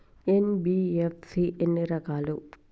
NBFC ఎన్ని రకాలు?